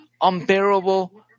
unbearable